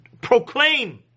proclaim